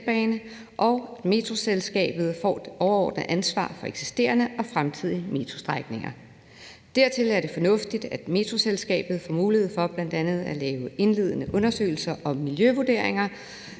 og Metroselskabet får det overordnede ansvar for eksisterende og fremtidige metrostrækninger. Derudover er det fornuftigt, at Metroselskabet få mulighed for bl.a. at lave indledende undersøgelser og miljøvurderinger